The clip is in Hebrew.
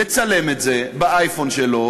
לצלם את זה ב"אייפון" שלו,